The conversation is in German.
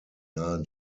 nahe